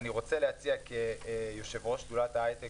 אני רוצה להציע כיושב-ראש שדולת ההיי-טק